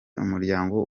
umuryango